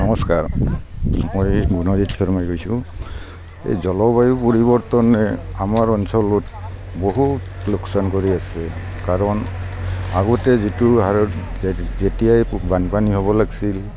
নমস্কাৰ মই গুণজিত শৰ্মাই কৈছোঁ এই জলবায়ু পৰিৱৰ্তনে আমাৰ অঞ্চলত বহুত লোকচান কৰি আছে কাৰণ আগতে যিটো হাৰত যে যেতিয়াই বানপানী হ'ব লাগিছিল